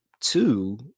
two